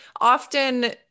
often